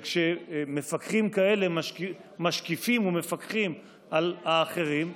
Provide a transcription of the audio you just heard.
וכשמפקחים כאלה משקיפים ומפקחים על האחרים,